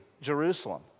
Jerusalem